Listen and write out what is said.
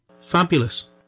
Fabulous